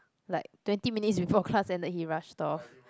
like twenty minutes before class ended he rushed off